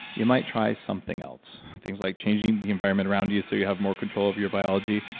you might try something else. things like changing the environment around you so you have more control of your biology.